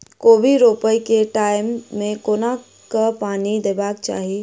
कोबी रोपय केँ टायम मे कोना कऽ पानि देबाक चही?